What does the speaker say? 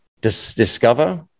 Discover